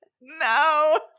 No